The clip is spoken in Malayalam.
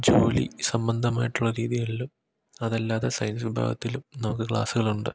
ജോലി സംബന്ധമായിട്ടുള്ള രീതികളിലും അതല്ലാതെ സയൻസ് വിഭാഗത്തിലും നമുക്ക് ക്ലാസ്സ്കളൊണ്ട്